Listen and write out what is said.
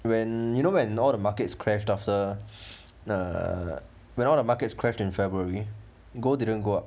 when you know when all the markets crashed after uh when all the markets crashed in february gold didn't go up